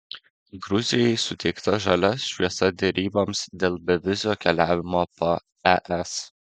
gruzijai suteikta žalia šviesa deryboms dėl bevizio keliavimo po es